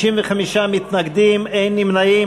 55 מתנגדים, אין נמנעים.